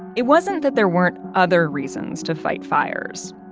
it wasn't that there weren't other reasons to fight fires,